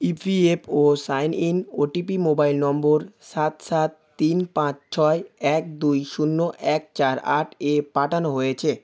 EPFO sign in OTP mobile number সাত সাত তিন পাঁচ ছয় এক দুই শূন্য এক চার আট এ পাঠানো হয়েছে